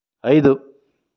ఐదు